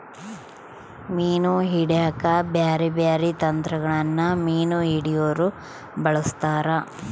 ಮೀನು ಹಿಡೆಕ ಬ್ಯಾರೆ ಬ್ಯಾರೆ ತಂತ್ರಗಳನ್ನ ಮೀನು ಹಿಡೊರು ಬಳಸ್ತಾರ